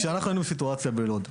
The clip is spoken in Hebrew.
כשהייתה הסיטואציה בלוד,